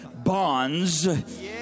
bonds